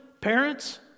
parents